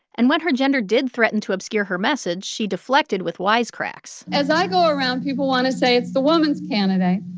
and when her gender did threaten to obscure her message, she deflected with wisecracks as i go around, people want to say it's the woman's candidate.